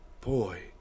Boy